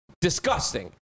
disgusting